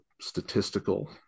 statistical